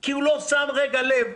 כי הוא לא שם לרגע לב,